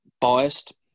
biased